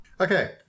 Okay